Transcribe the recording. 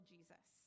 Jesus